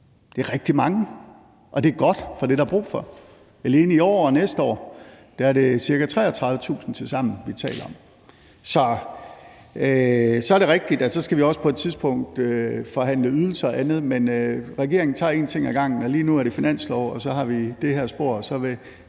Det er rigtig mange, og det er godt, for det er der brug for. Alene i år og næste år er det ca. 33.000 til sammen, vi taler om. Så er det rigtigt, at vi også på et tidspunkt skal forhandle ydelser og andet, men regeringen tager en ting ad gangen, og lige nu er det finanslov, og så har vi det her spor, og så vil